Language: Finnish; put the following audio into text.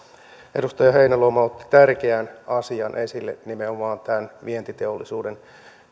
edustaja heinäluoma otti tärkeän asian esille nimenomaan tämän vientiteollisuuden